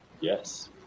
Yes